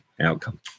outcome